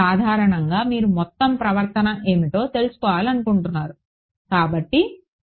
సాధారణంగా మీరు మొత్తం ప్రవర్తన ఏమిటో తెలుసుకోవాలనుకుంటున్నాము